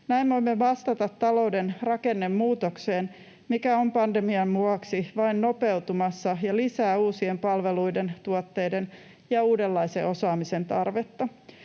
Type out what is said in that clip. Näin voimme vastata talouden rakennemuutokseen, mikä on pandemian vuoksi vain nopeutumassa ja lisää uusien palveluiden, tuotteiden ja uudenlaisen osaamisen tarvetta.